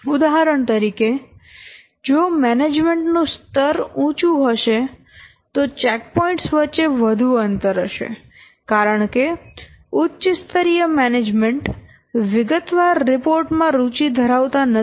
ઉદાહરણ તરીકે જો મેનેજમેન્ટ નું સ્તર ઉંચું હશે તો ચેકપોઇન્ટ્સ વચ્ચે વધુ અંતર હશે કારણ કે ઉચ્ચ સ્તરીય મેનેજમેન્ટ વિગતવાર રિપોર્ટ માં રુચિ ધરાવતા નથી